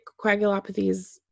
coagulopathies